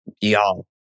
Y'all